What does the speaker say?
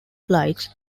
flights